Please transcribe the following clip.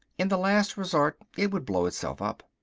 in the last resort it would blow itself up.